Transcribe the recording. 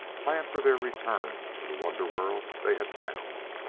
plan for their return to the wonder-world they had found.